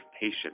patience